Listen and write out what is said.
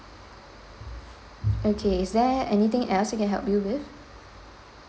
okay is there anything else I can help you with